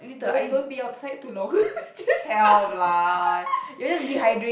don't don't be outside too long just